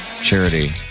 charity